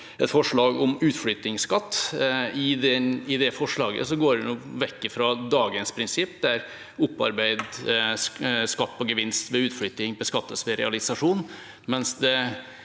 et forslag om utflyttingsskatt. I det forslaget går en vekk fra dagens prinsipp der opparbeidet skatt på gevinst ved utflytting beskattes ved realisasjon.